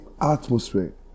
atmosphere